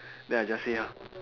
then I just say ah